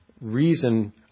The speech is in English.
reason